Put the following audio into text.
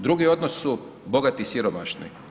Drugi odnos su bogati i siromašni.